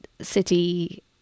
city